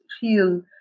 feel